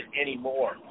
anymore